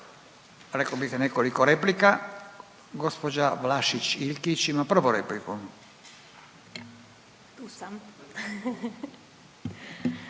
reklo bi se nekoliko replika. Gospođa Vlašić Iljkić ima prvu repliku. **Vlašić